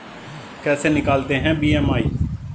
कैसे निकालते हैं बी.एम.आई?